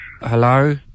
Hello